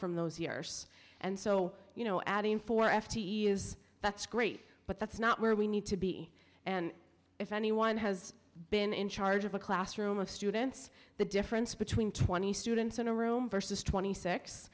from those years and so you know adding four f t e is that's great but that's not where we need to be and if anyone has been in charge of a classroom of students the difference between twenty students in a room versus twenty six